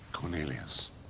Cornelius